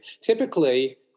Typically